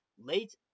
late